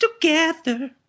together